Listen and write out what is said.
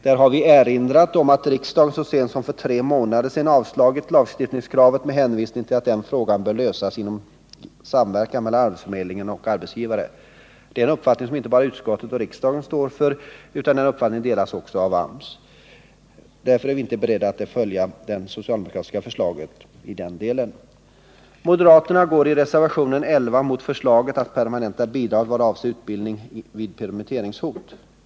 Där har vi erinrat om att riksdagen så sent som för tre månader sedan avslagit lagstiftningskravet med hänvisning till att den frågan bör lösas i samverkan mellan arbetsförmedling och arbetsgivare. Det är en uppfattning som inte bara utskottet och riksdagen står för, utan den delas också av AMS. Därför är vi inte beredda att följa det socialdemokratiska förslaget i den delen. Moderaterna går i reservationen 11 mot förslaget att permanenta bidraget vad avser utbildning vid permitteringshot.